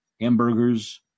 hamburgers